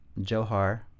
Johar